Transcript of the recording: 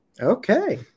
Okay